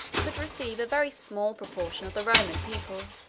could receive a very small proportion of the roman people